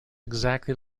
exactly